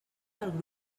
del